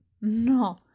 No